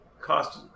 cost